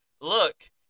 look